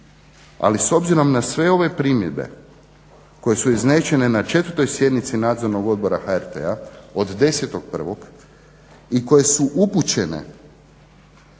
ali s obzirom na sve ove primjedbe koje su izrečene na 4. sjednici Nadzornog odbora HRT-a od 10.1. i koje su upućene